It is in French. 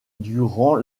durant